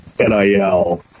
NIL